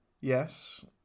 Yes